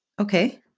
Okay